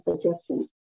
suggestions